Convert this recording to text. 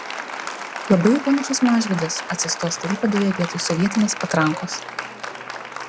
labai jau panašus mažvydas atsistos klaipėdoje vietoj sovietinės patrankos